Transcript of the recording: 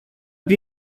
più